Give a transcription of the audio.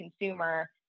consumer